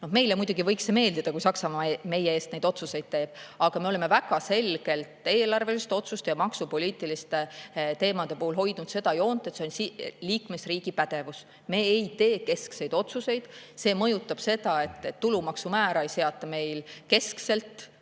Meile muidugi võiks meeldida, kui Saksamaa meie eest neid otsuseid teeb, aga me oleme väga selgelt eelarveliste otsuste ja maksupoliitiliste teemade puhul hoidnud seda joont, et see on liikmesriigi pädevus. Me ei tee keskseid otsuseid. See [tähendab], et tulumaksu määra ei seata meil keskselt